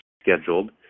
Scheduled